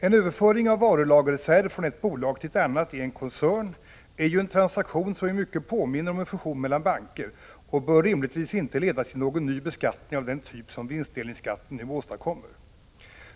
En överföring av varulagerreserv från ett bolag till ett annat i en koncern är ju en transaktion som i mycket påminner om en fusion mellan banker och bör rimligtvis inte leda till någon ny beskattning av den typ som vinstdelningsskatten nu åstadkommer.